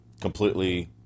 completely